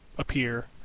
Appear